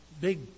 big